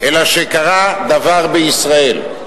אלא שקרה דבר בישראל.